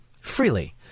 freely